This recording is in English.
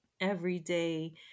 everyday